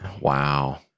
wow